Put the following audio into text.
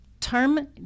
term